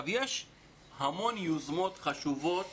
יש המון יוזמות חשובות